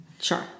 Sure